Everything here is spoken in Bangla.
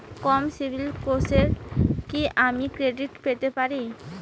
কম সিবিল স্কোরে কি আমি ক্রেডিট পেতে পারি?